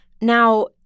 now